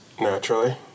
Naturally